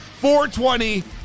420